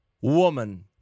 woman